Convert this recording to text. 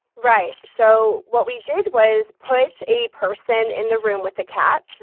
right. so what we did was put a person in the room with a cat.